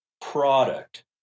product